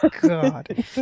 god